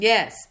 Yes